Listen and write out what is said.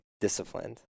disciplined